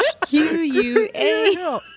Q-U-A